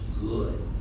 good